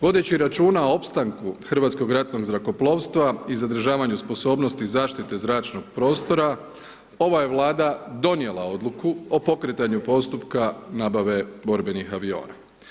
Vodeći računa o opstanku hrvatskog ratnog zrakoplovstva i zadržavanje sposobnosti zaštite zračnog prostora, ova je vlada donijela odluku o pokretanju postupku nabave borbenih aviona.